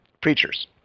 preachers